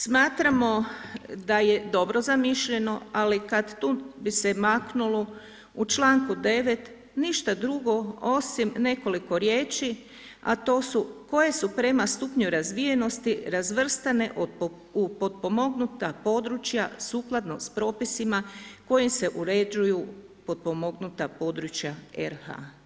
Smatramo da je dobro zamišljeno ali kad tu bi se maknulo u članku 9. ništa drugo osim nekoliko riječi, a to su - koje su prema stupnju razvijenosti razvrstane u potpomognuta područja sukladno s propisima s kojim se uređuju potpomognuta područja RH.